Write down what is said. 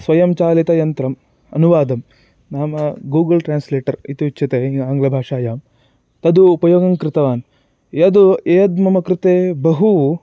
स्वयं चालितयन्त्रम् अनुवादं नाम गूगल् ट्रान्स्लेटर् इति उच्यते आङ्ग्लभाषायां तदु उपयोगं कृतवान् यदु यद् मम कृते बहु